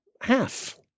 half